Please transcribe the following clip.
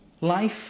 Life